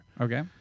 Okay